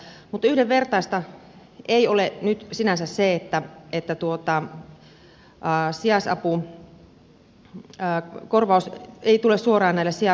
mutta yhdenvertaista ei ole nyt sinänsä se että sijaisapukorvaus ei tule suoraan tälle sijais aputyöntekijälle